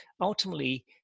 ultimately